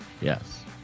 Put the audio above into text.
Yes